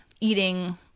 eating